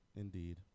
Indeed